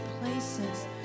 places